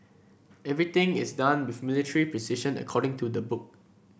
everything is done with military precision according to the book